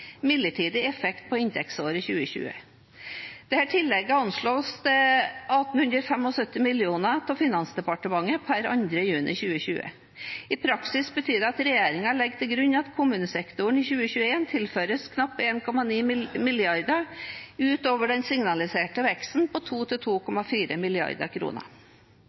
midlertidig effekt på inntektsnivået i 2020. Dette tillegget anslås å være 1 875 mill. kr av Finansdepartementet per 2. juni 2020. I praksis betyr dette at regjeringen legger til grunn at kommunesektoren i 2021 tilføres knapt 1,9 mrd. kr utover den signaliserte veksten på